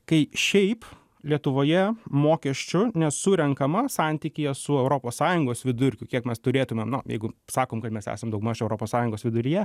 kai šiaip lietuvoje mokesčių nesurenkama santykyje su europos sąjungos vidurkiu kiek mes turėtumėm nu jeigu sakom kad mes esam daugmaž europos sąjungos viduryje